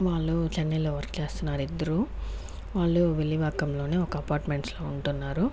వాళ్లు చెన్నైలో వర్క్ చేస్తున్నారు ఇద్దరు వాళ్లు విల్లివాకంలోనే ఒక అపార్ట్మెంట్స్ లో ఉంటున్నారు